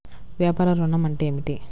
వ్యాపార ఋణం అంటే ఏమిటి?